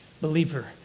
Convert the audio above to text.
believer